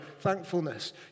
thankfulness